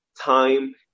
time